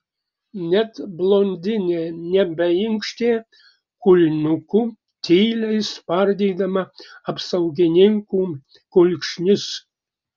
net blondinė nebeinkštė kulniuku tyliai spardydama apsaugininkų kulkšnis